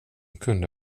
kunde